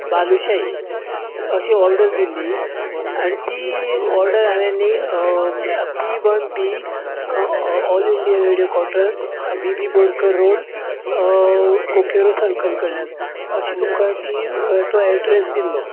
बालुशायी अशी ऑर्डर दिल्ली आनी ती ऑर्डर हांवें नी B one B all India radio quarters B B Borkar road कोकेरो सर्कल कडल्यान अशी तुमका ती तो एड्रेस दिल्लो